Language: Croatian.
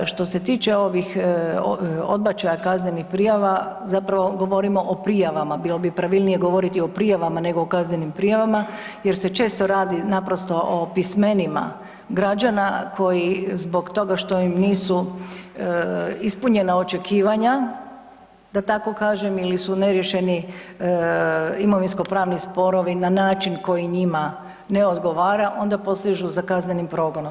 Što se tiče ovih odbačaja kaznenih prijava, zapravo govorimo o prijavama, bilo bi pravilnije govoriti o prijavama nego o kaznenim prijavama jer se često radi naprosto o pismenima građana koji zbog toga što im nisu ispunjena očekivanja, da tako kažem ili su neriješeni imovinsko-pravni sporovi na način koji njima ne odgovara, onda posežu za kaznenim progonom.